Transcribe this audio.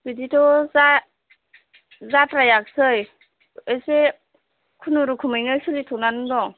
बिदिथ' जाद्रायासै एसे खुनुरुखुमैनो सोलिथ'नानै दं